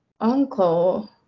uncle